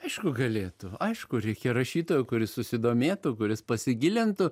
aišku galėtų aišku reikia rašytojo kuris susidomėtų kuris pasigilintų